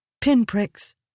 Pinpricks